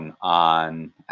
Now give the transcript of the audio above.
on